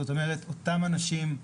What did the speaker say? זאת אומרת, אותם אנשים,